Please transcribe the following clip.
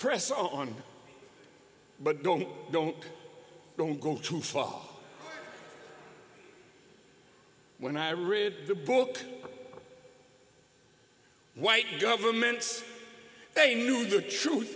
press on but don't don't don't go too far when i read the book white governments they knew the truth